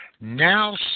Now